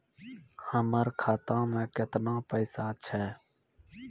हमर खाता मैं केतना पैसा छह?